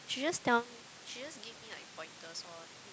she just tell she just give me like pointers lor